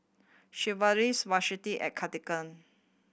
Sigvaris Vaselin and Cartigain